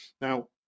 Now